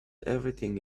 everything